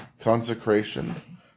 consecration